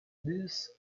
this